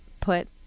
put